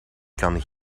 kan